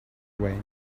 way